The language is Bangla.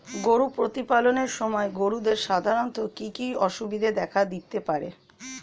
গরু প্রতিপালনের সময় গরুদের সাধারণত কি কি অসুবিধা দেখা দিতে পারে?